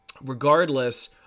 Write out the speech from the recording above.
regardless